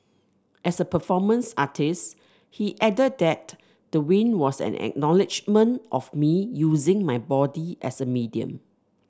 as a performance artist he added that the win was an acknowledgement of me using my body as a medium